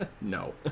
No